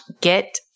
get